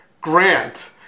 grant